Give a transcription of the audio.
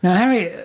harry,